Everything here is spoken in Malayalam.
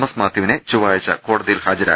എസ് മാത്യുവിനെ ചൊവ്വാഴ്ച കോടതിയിൽ ഹാജരാക്കും